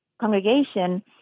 congregation